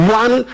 one